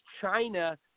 China